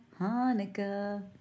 Hanukkah